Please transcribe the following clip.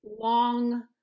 long